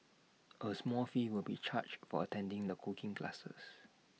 A small fee will be charged for attending the cooking classes